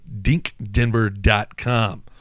dinkdenver.com